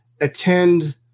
attend